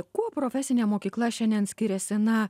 kuo profesinė mokykla šiandien skiriasi na